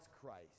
christ